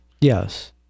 Yes